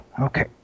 Okay